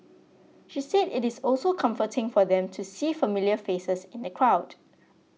she said it is also comforting for them to see familiar faces in the crowd